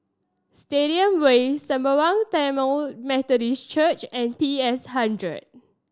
Stadium Way Sembawang Tamil Methodist Church and P S Hundred